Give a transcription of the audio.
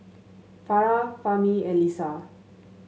Farah Fahmi and Lisa